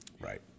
Right